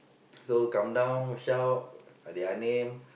so come down shout their name